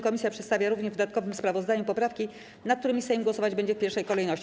Komisja przedstawia również w dodatkowym sprawozdaniu poprawki, nad którymi Sejm głosować będzie w pierwszej kolejności.